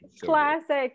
classic